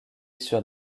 sur